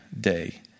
day